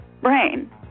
brain